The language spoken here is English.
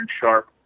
sharp